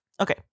Okay